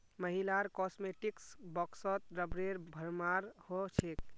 महिलार कॉस्मेटिक्स बॉक्सत रबरेर भरमार हो छेक